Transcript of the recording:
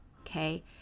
okay